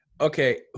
okay